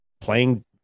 playing